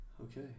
okay